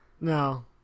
No